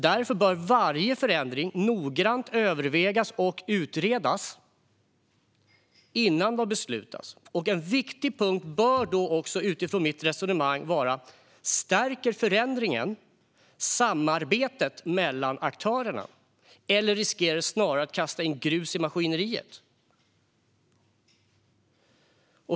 Därför bör varje förändring noggrant övervägas och utredas innan den beslutas, och en viktig punkt bör då också utifrån mitt resonemang vara: Stärker förändringen samarbetet mellan aktörerna, eller riskerar det snarare att kasta grus i maskineriet?